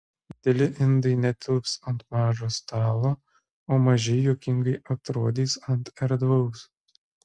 dideli indai netilps ant mažo stalo o maži juokingai atrodys ant erdvaus